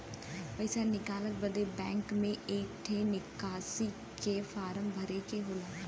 पइसा निकाले बदे बैंक मे एक ठे निकासी के फारम भरे के होला